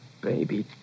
baby